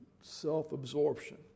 self-absorption